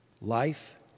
life